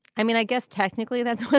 i mean i guess technically that's